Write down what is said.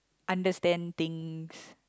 understand things